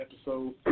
episode